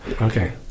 okay